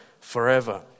forever